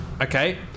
Okay